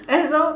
asshole